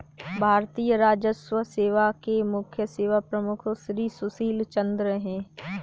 भारतीय राजस्व सेवा के मुख्य सेवा प्रमुख श्री सुशील चंद्र हैं